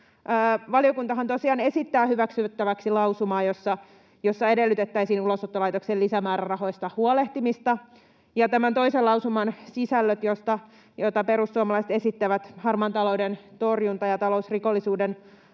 valiokuntahan tosiaan esittää hyväksyttäväksi lausumaa, jossa edellytettäisiin ulosottolaitoksen lisämäärärahoista huolehtimista. Ja tämän toisen lausuman, jota perussuomalaiset esittää, sisällöt, harmaan talouden torjunta ja talousrikollisuuden